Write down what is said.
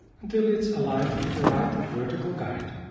until it is aligned with the right vertical guide.